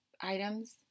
items